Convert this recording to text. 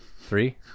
three